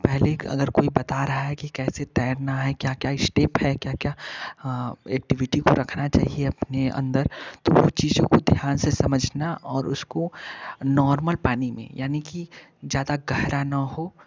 पहले अगर कोई बता रहा है कि कैसे तैरना है क्या क्या इस्टेप है क्या क्या एक्टिविटि को रखना चाहिए अपने अंदर तो वो चीज़ों को ध्यान से समझना और उसको नॉर्मल पानी में यानी कि ज़्यादा गहरा न हो